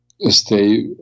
stay